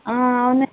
అవునండి